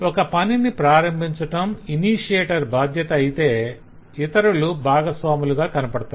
ఒక పనిని ప్రారంభించటం ఇనిషియేటర్ బాధ్యత అయితే ఇతరులు భాగస్వాములుగా కనపడతారు